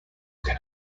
can